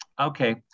Okay